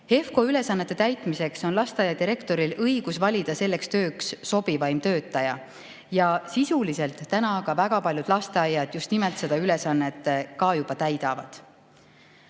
HEVKO ülesannete täitmiseks on lasteaia direktoril õigus valida selleks tööks sobivaim töötaja ja sisuliselt praegu väga paljud lasteaiad just nimelt nii seda ülesannet ka täidavad.